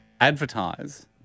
advertise